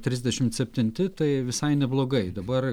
trisdešim septinti tai visai neblogai dabar